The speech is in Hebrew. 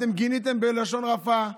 אתם גיניתם בלשון רפה.